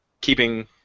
keeping